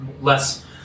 less